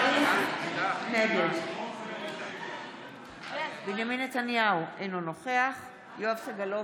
נגד בנימין נתניהו, אינו נוכח יואב סגלוביץ'